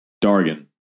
Dargan